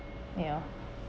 ya